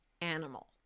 animal